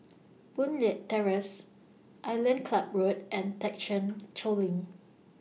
Boon Leat Terrace Island Club Road and Thekchen Choling